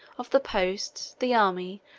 of the posts, the army,